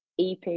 EP